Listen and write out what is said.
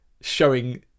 showing